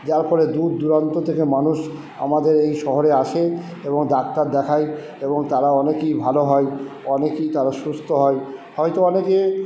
যার ফলে দূর দূরান্ত থেকে মানুষ আমাদের এই শহরে আসে এবং ডাক্তার দেখায় এবং তারা অনেকেই ভালো হয় অনেকেই তারা সুস্থ হয় হয়তো অনেকে